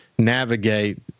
Navigate